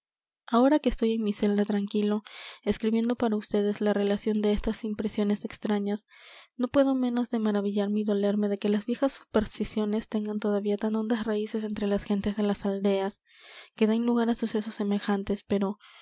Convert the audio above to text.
ahora que estoy en mi celda tranquilo escribiendo para ustedes la relación de estas impresiones extrañas no puedo menos de maravillarme y dolerme de que las viejas supersticiones tengan todavía tan hondas raíces entre las gentes de las aldeas que den lugar á sucesos semejantes pero